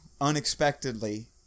unexpectedly